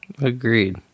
Agreed